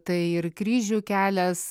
tai ir kryžių kelias